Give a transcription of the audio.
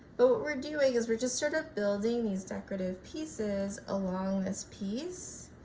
but what we're doing is we're just sort of building these decorative pieces along this piece